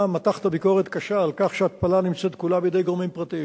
אתה מתחת ביקורת קשה על כך שההתפלה נמצאת כולה בידי גורמים פרטיים,